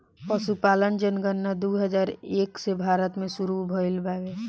पसुपालन जनगणना दू हजार एक से भारत मे सुरु भइल बावे